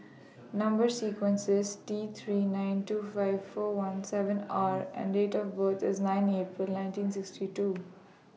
Number sequence IS T three nine two five four one seven R and Date of Bird IS nine April nineteen sixty two